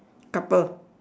couple